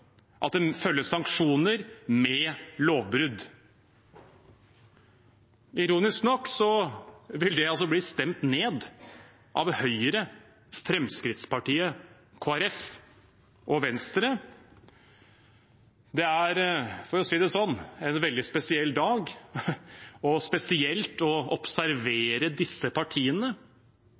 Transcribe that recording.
at det følger sanksjoner med lovbrudd. Ironisk nok vil det altså bli stemt ned av Høyre, Fremskrittspartiet, Kristelig Folkeparti og Venstre. Det er, for å si det sånn, en veldig spesiell dag – spesielt å observere hvordan disse partiene